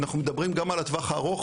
אנחנו מדברים גם על הטווח הארוך,